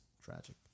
tragic